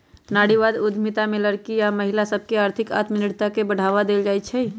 नारीवाद उद्यमिता में लइरकि आऽ महिला सभके आर्थिक आत्मनिर्भरता के बढ़वा देल जाइ छइ